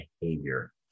behavior